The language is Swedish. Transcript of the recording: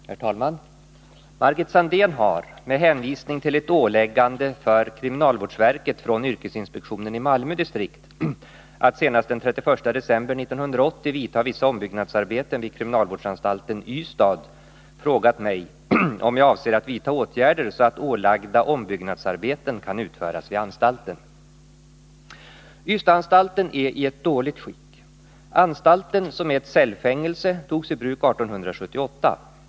Herr talman! Margit Sandéhn har — med hänvisning till ett åläggande för kriminalvårdsverket från yrkesinspektionen i Malmö distrikt att senast den 31 december 1980 vidta vissa ombyggnadsarbeten vid kriminalvårdsanstalten i Ystad — frågat mig om jag avser att vidta åtgärder, så att ålagda ombyggnadsarbeten kan utföras vid anstalten. Ystadsanstalten är i ett dåligt skick. Anstalten, som är ett cellfängelse, togs i bruk 1878.